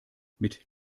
mit